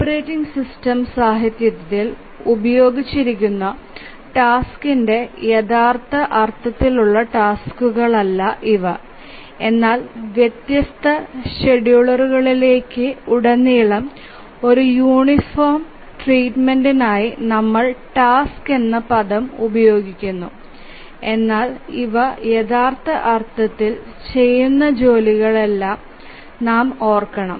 operating system സാഹിത്യത്തിൽ ഉപയോഗിച്ചിരിക്കുന്ന ടാസ്കിന്റെ യഥാർത്ഥ അർത്ഥത്തിലുള്ള ടാസ്കുകൾ അല്ല ഇവ എന്നാൽ വ്യത്യസ്ത ഷെഡ്യൂളറുകളിലുടനീളമുള്ള യൂണിഫോം ട്രീറ്റ്മെന്റ്നായി നമ്മൾ ടാസ്ക് എന്ന പദം ഉപയോഗിക്കുന്നു എന്നാൽ ഇവ യഥാർത്ഥ അർത്ഥത്തിൽ ചെയ്യുന്ന ജോലികളല്ലെന്ന് നാം ഓർക്കണം